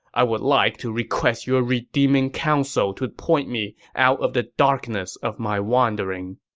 i would like to request your redeeming counsel to point me out of the darkness of my wandering.